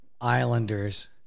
Islanders